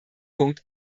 punkt